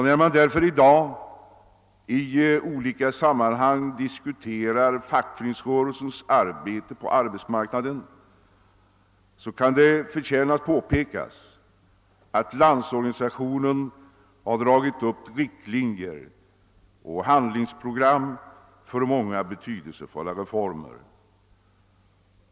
När man i dag i olika sammanhang diskuterar fackföreningsrörelsens arbete på arbetsmarknaden kan det förtjäna påpekas att Landsorganisationen har dragit upp riktlinjer och handlingsprogram för många betydelsefulla reformer.